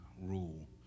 rule